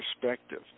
perspective